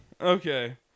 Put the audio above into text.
Okay